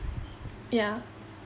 ya